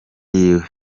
yiwe